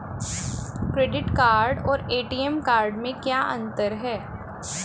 Credit card और ATM card में क्या अंतर है?